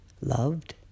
Loved